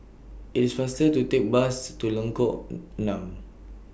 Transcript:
IT IS faster to Take Bus to Lengkok Enam